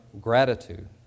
gratitude